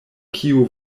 kiu